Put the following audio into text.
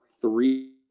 three